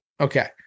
Okay